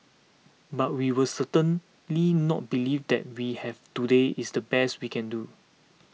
but we will certainly not believe that what we have today is the best we can do